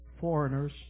foreigners